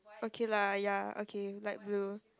okay lah ya okay light blue